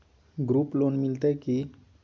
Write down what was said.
Group loan मिलतै की?